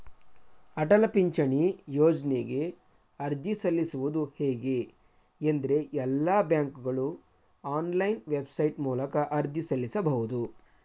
ಅಟಲ ಪಿಂಚಣಿ ಯೋಜ್ನಗೆ ಅರ್ಜಿ ಸಲ್ಲಿಸುವುದು ಹೇಗೆ ಎಂದ್ರೇ ಎಲ್ಲಾ ಬ್ಯಾಂಕ್ಗಳು ಆನ್ಲೈನ್ ವೆಬ್ಸೈಟ್ ಮೂಲಕ ಅರ್ಜಿ ಸಲ್ಲಿಸಬಹುದು